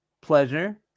pleasure